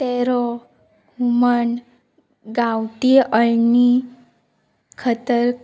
तेरो हुमण गांवटी अळमी खतर